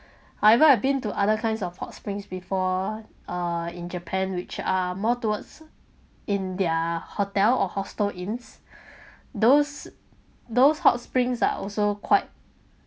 however I‘ve been to other kinds of hot springs before uh in japan which are more towards in their hotel or hostel in those those hot springs are also quite